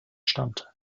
stammt